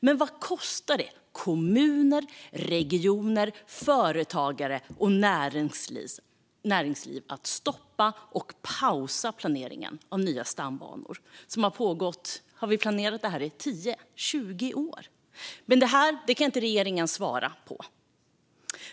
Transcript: Men vad kostar det kommuner, regioner, företagare och näringsliv att man stoppar och pausar planeringen av nya stambanor, som har pågått i 10-20 år? Det kan inte regeringen svara på.